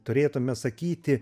turėtumėme sakyti